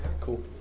Cool